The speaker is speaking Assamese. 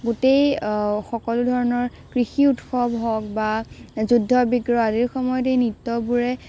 গোটেই সকলো ধৰণৰ কৃষি উৎসৱ হওক বা যুদ্ধ বিগ্ৰহ আদিৰ সময়ত এই নৃত্যবোৰে